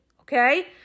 Okay